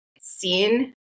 seen